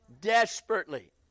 Desperately